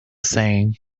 same